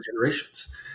generations